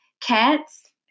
cats